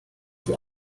die